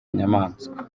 inyamaswa